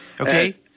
Okay